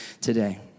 today